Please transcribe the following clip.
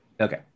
Okay